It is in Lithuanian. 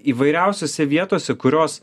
įvairiausiose vietose kurios